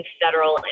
federal